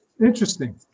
Interesting